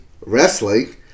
wrestling